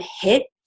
hit